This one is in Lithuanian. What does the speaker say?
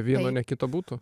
vieno nekito būtų